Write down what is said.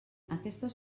aquestes